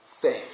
faith